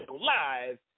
live